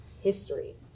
history